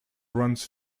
runs